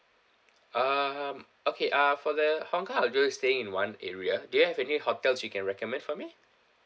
um okay uh for the hong kong i'll be staying in one area do you have any hotels you can recommend for me